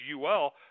UL